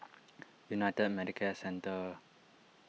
United Medicare Centre